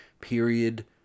period